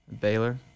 Baylor